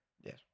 Yes